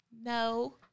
No